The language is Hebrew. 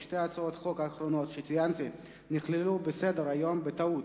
כי שתי הצעות החוק האחרונות שציינתי נכללו בסדר-היום בטעות,